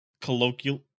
colloquial